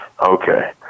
Okay